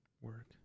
work